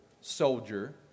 soldier